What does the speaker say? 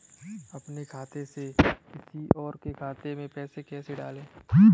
अपने खाते से किसी और के खाते में पैसे कैसे डालें?